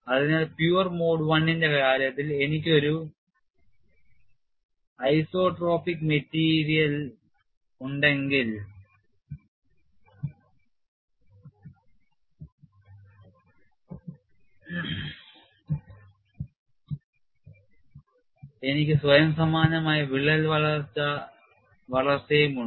അതിനാൽ pure mode I ഇന്റെ കാര്യത്തിൽ എനിക്ക് ഒരു ഐസോട്രോപിക് മെറ്റീരിയൽ ഉണ്ടെങ്കിൽ എനിക്ക് സ്വയം സമാനമായ വിള്ളൽ വളർച്ച ഉണ്ട്